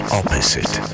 opposite